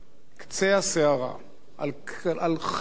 על חבל דק מאוד אנחנו מהלכים פה,